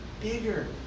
bigger